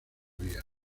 vías